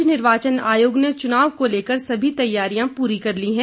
राज्य निर्वाचन आयोग ने चुनाव को लेकर सभी तैयारियां पूरी कर ली हैं